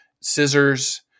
scissors